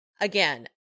again